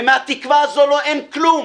ומהתקווה הזו אין כלום.